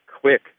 quick